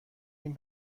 این